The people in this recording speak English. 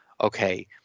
okay